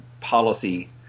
policy